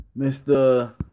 Mr